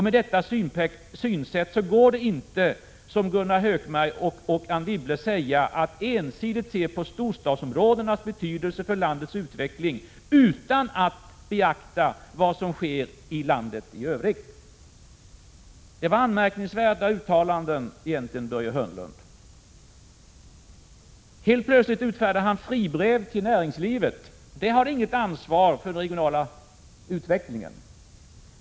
Med detta synsätt går det inte att, som Gunnar Hökmark och Anne Wibble gör, ensidigt se på storstadsområdenas betydelse för landets utveckling utan att beakta vad som sker i landet i övrigt. Det var egentligen anmärkningsvärda uttalanden, som gjordes av Börje Hörnlund. Helt plötsligt utfärdar han fribrev till näringslivet. Det har inget ansvar för den regionala utvecklingen.